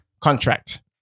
contract